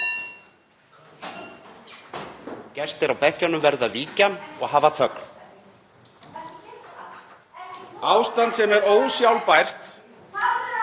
Gestir á bekkjunum verða að víkja og hafa þögn.) Ástand sem er ósjálfbært